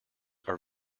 are